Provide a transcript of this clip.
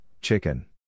chicken